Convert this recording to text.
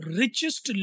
richest